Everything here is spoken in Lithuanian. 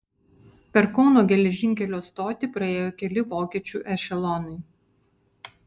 per kauno geležinkelio stotį praėjo keli vokiečių ešelonai